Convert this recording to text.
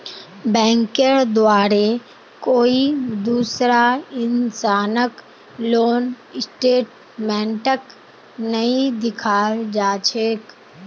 बैंकेर द्वारे कोई दूसरा इंसानक लोन स्टेटमेन्टक नइ दिखाल जा छेक